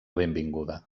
benvinguda